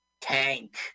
tank